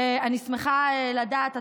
אני שמחה לדעת,